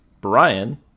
Brian